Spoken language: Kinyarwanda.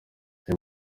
uyu